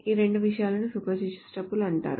ఈ రెండు విషయాలను స్పూరియస్ టపుల్స్ అంటారు